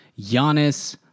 Giannis